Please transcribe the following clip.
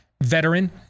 veteran